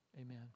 Amen